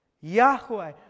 Yahweh